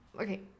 Okay